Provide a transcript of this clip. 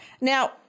Now